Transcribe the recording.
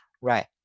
Right